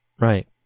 right